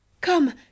come